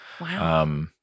Wow